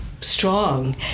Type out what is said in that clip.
strong